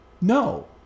no